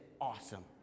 awesome